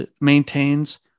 maintains